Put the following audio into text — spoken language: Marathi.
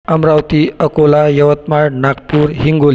अमरावती अकोला यवतमाळ नागपूर हिंगोली